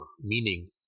meaning